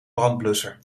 brandblusser